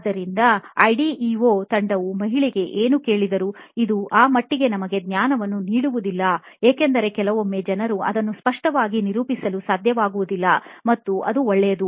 ಆದ್ದರಿಂದ ಐಡಿಇಯೊ ತಂಡವು ಮಹಿಳೆಗೆ ಏನು ಕೇಳಿದರೂ ಇದು ಆ ಮಟ್ಟಿಗೆ ನಮಗೆ ಜ್ಞಾನವನ್ನು ನೀಡುವುದಿಲ್ಲ ಏಕೆಂದರೆ ಕೆಲವೊಮ್ಮೆ ಜನರು ಅದನ್ನು ಸ್ಪಷ್ಟವಾಗಿ ನಿರೂಪಿಸಲು ಸಾಧ್ಯವಾಗುವುದಿಲ್ಲ ಮತ್ತು ಅದು ಒಳ್ಳೆಯದು